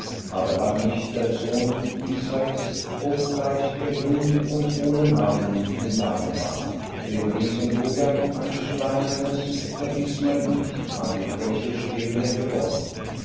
aber hat nicht der sohn isais obgleich er jung und ohne namen im lager war dem riesen goliath ein steinernes vergißmeinnicht an die freche stirne geworfen